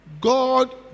God